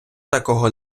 такого